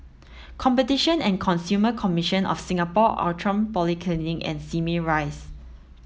Competition and Consumer Commission of Singapore Outram and Simei Rise